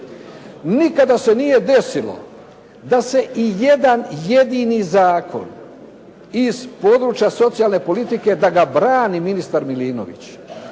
Nikada se nije desilo da se ijedan jedini zakon iz područja socijalne politike da ga brani ministar Milinović.